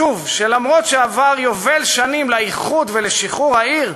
שגם אם עבר יובל שנים מאיחוד ושחרור העיר,